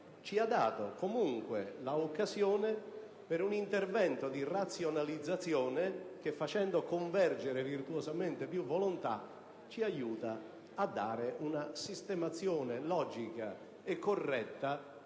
ci ha dato comunque l'occasione per un intervento di razionalizzazione che, facendo convergere virtuosamente più volontà, ci aiuta a dare una sistemazione logica e corretta